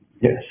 Yes